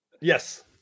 Yes